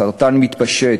סרטן מתפשט,